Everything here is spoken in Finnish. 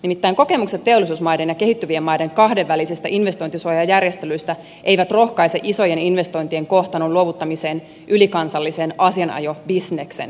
nimittäin kokemukset teollisuusmaiden ja kehittyvien maiden kahdenvälisistä investointisuojajärjestelyistä eivät rohkaise isojen investointien kohtalon luovuttamiseen ylikansallisen asianajobisneksen käsiin